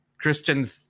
Christian